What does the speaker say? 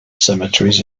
cemeteries